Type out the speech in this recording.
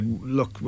look